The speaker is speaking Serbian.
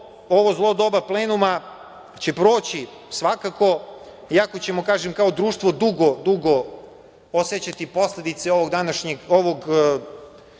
ovo zlo doba plenuma će proći svakako, i ako ćemo kao društvo dugo, dugo osećati posledice ovog anarhizma u